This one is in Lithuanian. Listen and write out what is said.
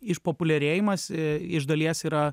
išpopuliarėjimas iš dalies yra